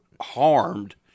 harmed